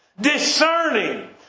Discerning